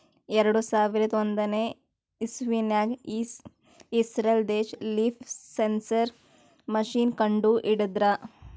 ಎರಡು ಸಾವಿರದ್ ಒಂದನೇ ಇಸವ್ಯಾಗ್ ಇಸ್ರೇಲ್ ದೇಶ್ ಲೀಫ್ ಸೆನ್ಸರ್ ಮಷೀನ್ ಕಂಡು ಹಿಡದ್ರ